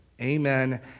Amen